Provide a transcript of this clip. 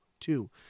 Two